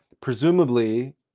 Presumably